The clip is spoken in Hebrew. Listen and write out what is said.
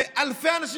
ואלפי אנשים,